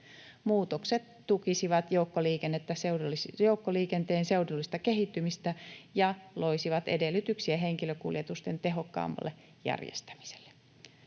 Muutokset tukisivat joukkoliikenteen seudullista kehittymistä ja loisivat edellytyksiä henkilökuljetusten tehokkaammalle järjestämiselle.